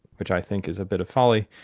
which i think is a bit of folly,